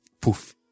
poof